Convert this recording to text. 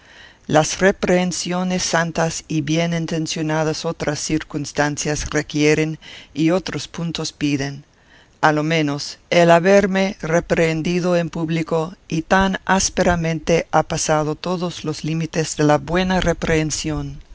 las reprehensiones santas y bien intencionadas otras circunstancias requieren y otros puntos piden a lo menos el haberme reprehendido en público y tan ásperamente ha pasado todos los límites de la buena reprehensión